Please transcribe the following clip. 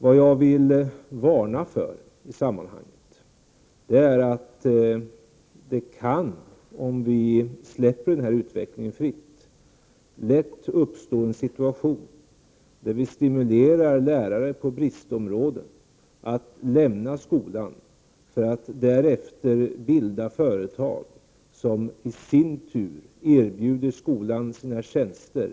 Det som jag i sammanhanget vill varna för, om vi släpper utvecklingen fri, är att det lätt kan uppstå en situation där vi stimulerar lärare inom områden där det finns lärarbrist att lämna skolan för att därefter bilda företag som i sin tur erbjuder skolan sina tjänster.